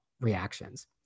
reactions